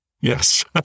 Yes